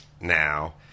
now